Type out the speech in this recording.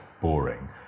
boring